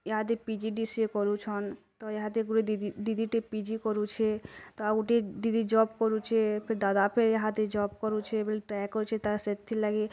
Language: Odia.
ଇହାଦେ P G D C A କରୁଛନ୍ ତ ଇହାଦେ ପୂର ଦିଦି ଦିଦି ଟେ ପି ଜି କରୁଛେ ତ ଆଉ ଗୁଟେ ଦିଦି ଜବ୍ କରୁଛେ ଫେର୍ ଦାଦା ଫେର୍ ହାତେ ଜବ୍ କରୁଛେ ବୋଲି ଟ୍ରାଏ କରୁଛେ ତା ସେଥି ଲାଗି